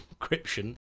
encryption